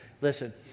Listen